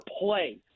play